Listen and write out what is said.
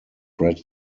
read